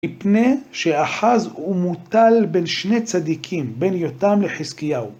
מפני שאחז ומוטל בין שני צדיקים, בין יותם לחזקיהו.